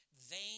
Vain